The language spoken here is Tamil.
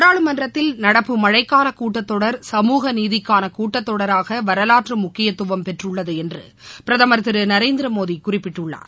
நாடாளுமன்றத்தில் நடப்பு மழைக்காலகூட்டத்தொடர் சமூக நீதிக்கானகூட்டத்தொடராகவரலாற்றுமுக்கியத்துவம் பெற்றுள்ளதுஎன்று பிரதமர் திருநரேந்திரமோடிகுறிப்பிட்டுள்ளார்